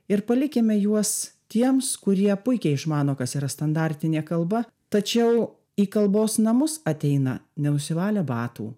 ir palikime juos tiems kurie puikiai išmano kas yra standartinė kalba tačiau į kalbos namus ateina nenusivalę batų